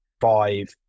five